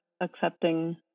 accepting